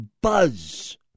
buzz